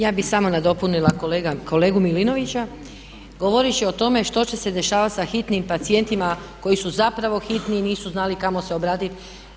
Ja bih samo nadopunila kolegu Milinovića govorivši o tome što će se dešavati sa hitnim pacijentima koji su zapravo hitni i nisu znali kamo se obratiti.